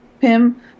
Pim